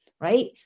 right